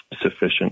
sufficient